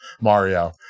mario